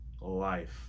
Life